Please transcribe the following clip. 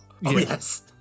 Yes